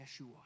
Yeshua